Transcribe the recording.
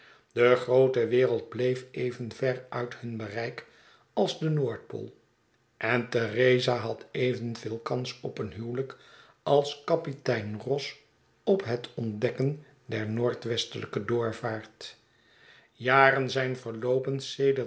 de groote wereld bleef even ver uit hun bereik als de noordpool en theresa had evenveel kans op een huwelijk als kapitein ross op het ontdekken der noordwestelijke doorvaart jaren zijn